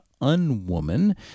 Unwoman